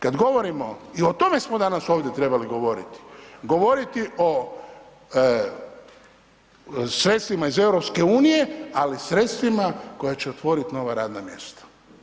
Kad govorimo i o tome smo danas trebali govoriti, govoriti o sredstvima iz EU, ali sredstvima koja će otvoriti nova radna mjesta.